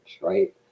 right